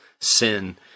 sin